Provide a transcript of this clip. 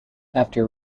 after